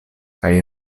kaj